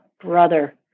brother